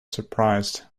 surprised